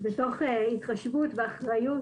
מתוך התחשבות ואחריות